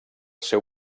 seu